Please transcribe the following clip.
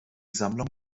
sammlung